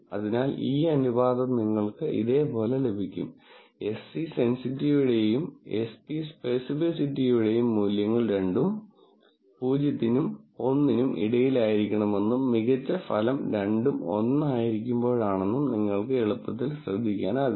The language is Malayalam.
അതിനാൽ ഈ അനുപാതം നിങ്ങൾക്ക് ഇതേപോലെ ലഭിക്കും Se സെൻസിറ്റിവിറ്റിയുടെയും Sp സ്പെസിസിറ്റിയുടെയും മൂല്യങ്ങൾ രണ്ടും 0 നും 1 നും ഇടയിലായിരിക്കണമെന്നും മികച്ച ഫലം രണ്ടും 1 ആയിരിക്കുമ്പോഴാണെന്നും നിങ്ങൾക്ക് എളുപ്പത്തിൽ ശ്രദ്ധിക്കാനാകും